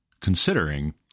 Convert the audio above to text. considering